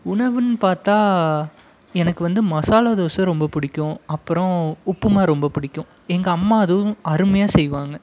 உணவுன்னு பார்த்தா எனக்கு வந்து மசாலா தோசை ரொம்ப பிடிக்கும் அப்புறம் உப்புமா ரொம்ப பிடிக்கும் எங்கள் அம்மா அதுவும் அருமையாக செய்வாங்க